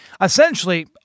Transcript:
essentially